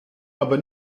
aber